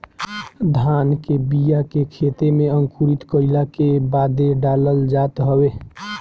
धान के बिया के खेते में अंकुरित कईला के बादे डालल जात हवे